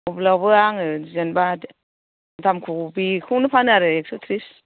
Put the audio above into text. अब्लाबो आङो जेनबा दामखौ बेखौनो फानो आरो एक्स' थ्रिस